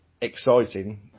exciting